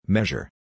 Measure